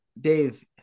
Dave